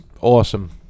awesome